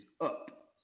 up